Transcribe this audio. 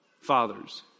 fathers